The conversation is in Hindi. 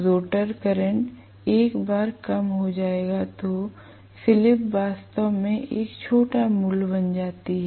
रोटर करंट एक बार कम हो जाएगातो स्लिप वास्तव में एक छोटा मूल्य बन जाती है